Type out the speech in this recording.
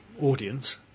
audience